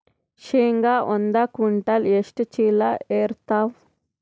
ಶೇಂಗಾ ಒಂದ ಕ್ವಿಂಟಾಲ್ ಎಷ್ಟ ಚೀಲ ಎರತ್ತಾವಾ?